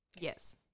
Yes